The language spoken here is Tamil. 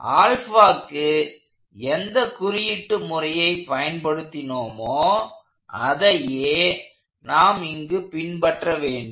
க்கு எந்த குறியீட்டு முறையை பயன்படுத்தினோமோ அதையே நாம் இங்கு பின்பற்ற வேண்டும்